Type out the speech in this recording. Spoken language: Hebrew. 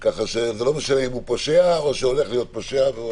זה לא משנה אם הוא פושע או הולך להיות פושע.